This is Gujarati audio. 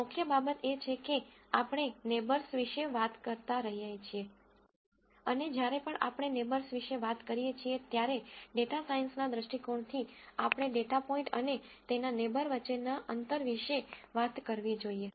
મુખ્ય બાબત એ છે કે આપણે નેબર્સવિશે વાત કરતા રહીએ છીએ અને જ્યારે પણ આપણે નેબર્સ વિશે વાત કરીએ છીએ ત્યારે ડેટા સાયન્સના દૃષ્ટિકોણથી આપણે ડેટા પોઇન્ટ અને તેના નેબર વચ્ચેના અંતર વિશે વાત કરવી જોઈએ